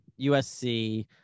USC